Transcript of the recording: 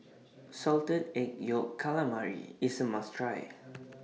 Salted Egg Yolk Calamari IS A must Try